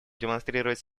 демонстрировать